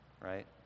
right